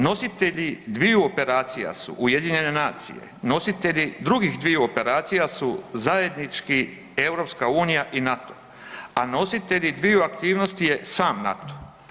Nositelji dviju operacija su Ujedinjene nacije, nositelji drugih dviju operacija su zajednički EU i NATO, a nositelji dviju aktivnosti je sam NATO.